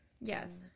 yes